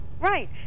Right